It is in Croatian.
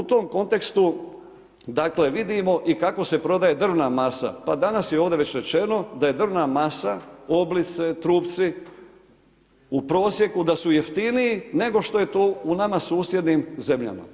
U tom kontekstu, dakle, vidimo i kako se prodaje drvna masa, pa danas je ovdje već rečeno, da je drvna masa, oblice, trupci, u prosjeku da su jeftiniji nego što je to u nama susjednim zemljama.